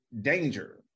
danger